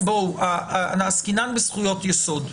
עסקינן בזכויות יסוד.